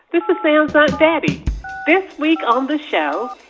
this is sam's aunt betty this week on the show,